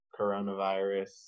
coronavirus